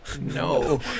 no